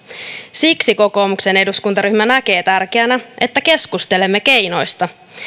siksi kokoomuksen eduskuntaryhmä näkee tärkeänä että keskustelemme keinoista